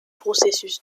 processus